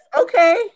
okay